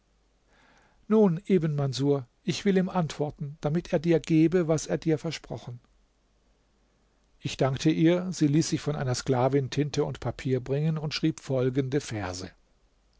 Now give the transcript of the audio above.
nun ibn manßur ich will ihm antworten damit er dir gebe was er dir versprochen ich dankte ihr sie ließ sich von einer sklavin tinte und papier bringen und schrieb folgende verse